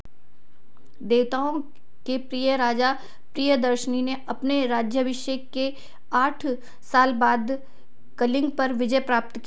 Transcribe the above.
देवताओं के प्रिय राजा प्रियदर्शनी ने अपने राज्याभिषेक के आठ साल बाद कलिंग पर विजय प्राप्त की